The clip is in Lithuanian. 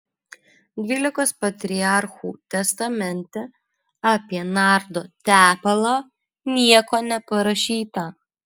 dvylikos patriarchų testamente apie nardo tepalą nieko neparašyta